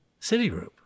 Citigroup